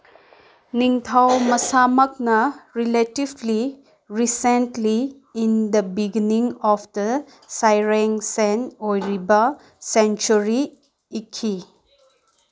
ꯅꯤꯡꯊꯧ ꯃꯁꯥꯃꯛꯅ relatively recently in the beginning of the ꯁꯩꯔꯦꯡ ꯁꯦꯟ ꯑꯣꯏꯔꯤꯕ ꯁꯦꯟꯆꯨꯔꯤ ꯏꯈꯤ